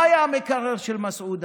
מה היה במקרר של מסעודה?